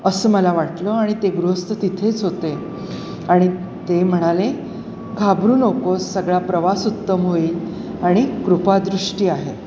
असं मला वाटलं आणि ते गृहस्थ तिथेच होते आणि ते म्हणाले घाबरू नकोस सगळा प्रवास उत्तम होईल आणि कृपादृष्टी आहे